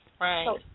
Right